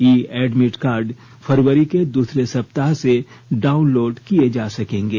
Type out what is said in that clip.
ई admit card फरवरी के दूसरे सप्ताह से डाउनलोड किये जा सकेंगे